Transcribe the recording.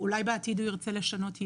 אולי בעתיד הוא ירצה לשנות ייעוד.